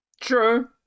True